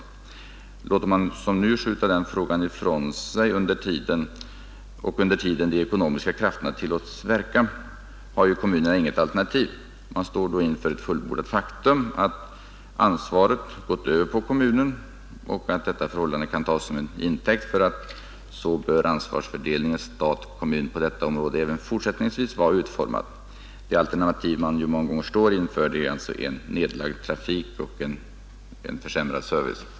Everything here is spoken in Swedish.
Skjuter man den frågan ifrån sig, och under tiden de ekonomiska krafterna tillåtes verka, har kommunerna inget alternativ. Man står då inför fullbordat faktum att ansvaret gått över på kommunen och att detta förhållande kan tas som intäkt för att så bör ansvarsfördelningen mellan stat och kommun på detta område även fortsättningsvis vara utformad. Det alternativ man många gånger står inför är alltså en nedlagd trafik och en försämrad service.